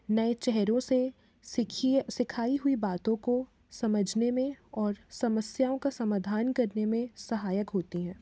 नए चेहरों से सीखिए सिखाई हुई बातों को समझने में और समस्याओं का समाधान करने में सहायक होते हैं